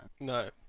No